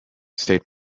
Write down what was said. state